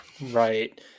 Right